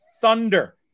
thunder